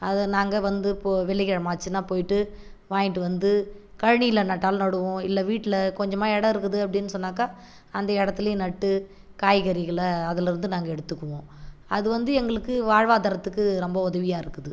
அதை நாங்கள் வந்து போ வெள்ளி கிழம ஆச்சுன்னா போயிட்டு வாங்ன்ட்டு வந்து கழ்நிரில் நட்டாலும் நடுவோம் இல்லை வீட்டில் கொஞ்சமாக இடம் இருக்குது அப்படின் சொன்னாக்கா அந்த இடத்லியும் நட்டு காய்கறிகளில் அதுலேருந்து நாங்கள் எடுத்துக்குவோம் அது வந்து எங்களுக்கு வாழ்வாதாரத்துக்கு ரொம்ப உதவியாருக்குது